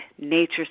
nature